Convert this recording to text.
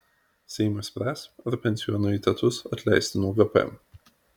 seimas spręs ar pensijų anuitetus atleisti nuo gpm